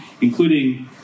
including